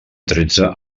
tretze